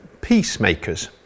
peacemakers